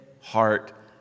heart